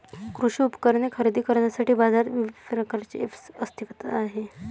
कृषी उपकरणे खरेदी करण्यासाठी बाजारात विविध प्रकारचे ऐप्स अस्तित्त्वात आहेत